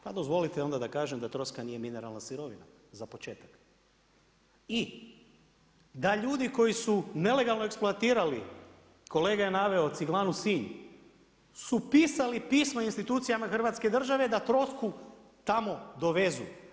Pa dozvolite da kažem da troska nije mineralna sirovina za početak i da ljudi koji su nelegalno eksploatirali, kolega je naveo Ciglanu Sinj, su pisali pismo institucijama Hrvatske države da trosku tamo dovezu.